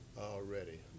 already